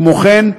כמו כן,